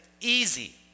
easy